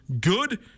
Good